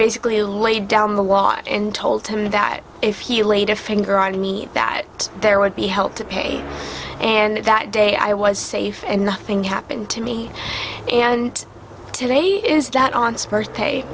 basically laid down the wall and told him that if he laid a finger on me that there would be help to pay and that day i was safe and nothing happened to me and today is that on spurs pa